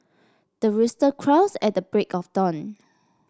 the rooster crows at the break of dawn